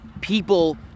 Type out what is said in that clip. people